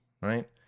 right